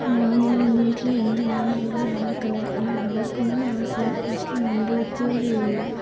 நாங்கள் எங்க வீட்டில எந்த விலங்குகளும் வளர்க்கலை ஆனால் வளர்க்கணும்னு ஆசை ஃபஸ்ட்ல வந்து கோழி